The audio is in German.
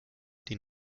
den